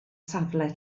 safle